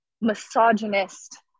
misogynist